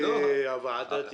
הוועדה תתכנס,